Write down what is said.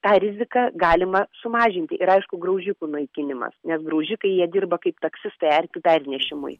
tą riziką galima sumažinti ir aišku graužikų naikinimas nes graužikai jie dirba kaip taksistai erkių pernešimui